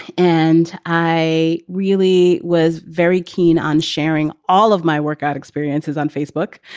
and i really was very keen on sharing all of my workout experiences on facebook.